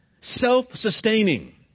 self-sustaining